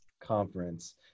conference